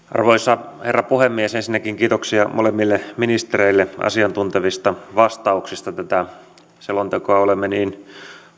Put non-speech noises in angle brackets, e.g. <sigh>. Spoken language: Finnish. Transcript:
<unintelligible> arvoisa herra puhemies ensinnäkin kiitoksia molemmille ministereille asiantuntevista vastauksista tätä selontekoa olemme niin